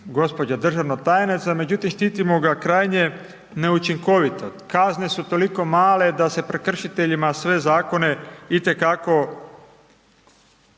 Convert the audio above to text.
gospođa državna tajnica, međutim štitimo ga krajnje neučinkovito. Kazne su toliko male da se prekršiteljima sve zakone itekako